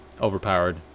Overpowered